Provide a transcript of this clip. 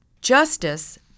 Justice